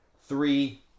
three